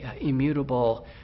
immutable